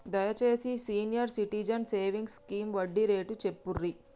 దయచేసి senior citizens savings scheme వడ్డీ rate చెప్పుర్రి